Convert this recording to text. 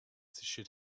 should